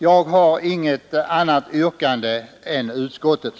Jag har inget annat yrkande än utskottets.